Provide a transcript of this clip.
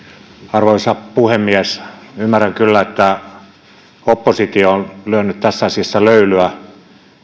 arvoisa puhemies ymmärrän kyllä että oppositio on lyönyt tässä asiassa löylyä